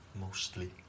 Mostly